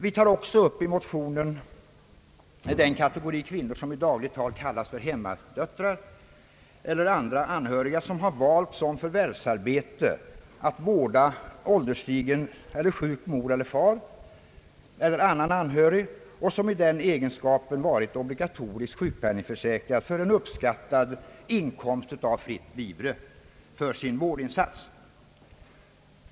Vi nämner också i motionen den kategori kvinnor som i dagligt tal kallas hemmadöttrar, liksom andra anhöriga som valt till sitt förvärvsarbete att vårda en ålderstigen eller sjuk mor, far eller annan nära släkting och som i den egenskapen varit obligatoriskt sjukpenningförsäkrad för en uppskattad inkomst av fritt vivre för sin vårdinsats.